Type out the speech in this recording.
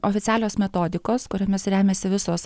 oficialios metodikos kuriomis remiasi visos